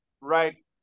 right